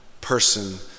person